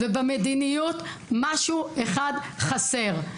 במדיניות משהו אחד חסר.